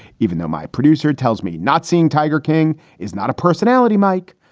even though my producer tells me not seeing tiger king is not a personality, mike.